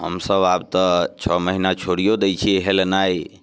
हमसभ आब तऽ छओ महिना छोड़ियो दैत छियै हेलनाइ